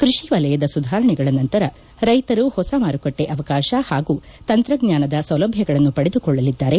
ಕೃಷಿ ವಲಯದ ಸುಧಾರಣೆಗಳ ನಂತರ ರೈತರು ಹೊಸ ಮಾರುಕಟ್ಲೆ ಅವಕಾಶ ಹಾಗೂ ತಂತ್ರಜ್ಞಾನದ ಸೌಲಭ್ಞಗಳನ್ನು ಪಡೆದುಕೊಳ್ಳಲಿದ್ದಾರೆ